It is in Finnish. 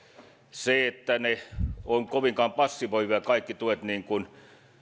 se että kaikki tuet olisivat kovin passivoivia niin kuin